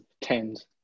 tens